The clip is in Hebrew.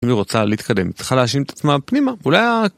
אם היא רוצה להתקדם, היא צריכה להאשים את עצמה פנימה, אולי ה...